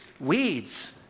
weeds